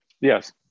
Yes